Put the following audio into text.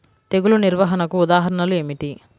తెగులు నిర్వహణకు ఉదాహరణలు ఏమిటి?